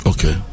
Okay